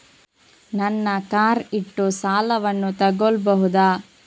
ನನ್ನ ಕಾರ್ ಇಟ್ಟು ಸಾಲವನ್ನು ತಗೋಳ್ಬಹುದಾ?